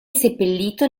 seppellito